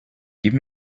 give